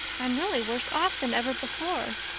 i'm really worse off than ever before,